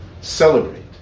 celebrate